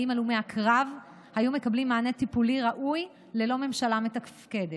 האם הלומי הקרב היו מקבלים מענה טיפולי ראוי ללא ממשלה מתפקדת?